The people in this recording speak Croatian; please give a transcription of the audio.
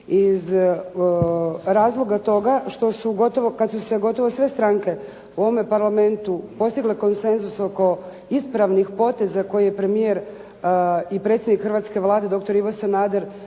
iz razloga toga kada su se gotovo sve stranke u ovome Parlamentu postigle konsenzus oko ispravnih poteza koje je premijer i predsjednik hrvatske Vlade doktor Ivo Sanader